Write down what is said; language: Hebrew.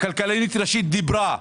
הכלכלנית הראשית דיברה.